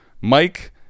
Mike